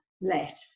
let